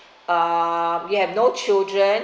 uh you have no children